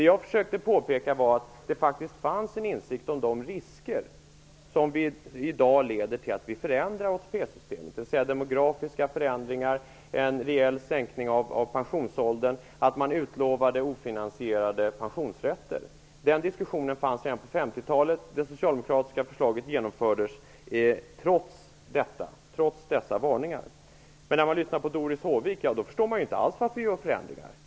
Jag försökte påpeka att det faktiskt fanns en insikt om de risker som i dag leder till att vi förändrar ATP-systemet, dvs. demografiska förändringar, en rejäl sänkning av pensionsåldern och utlovandet av ofinansierade pensionsrätter. Den diskussionen fanns redan på 1950-talet. Det socialdemokratiska förslaget infördes trots dessa varningar. När jag lyssnar på Doris Håvik framstår det som att hon inte alls förstår varför det görs förändringar.